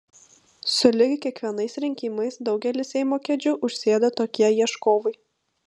sulig kiekvienais rinkimais daugelį seimo kėdžių užsėda tokie ieškovai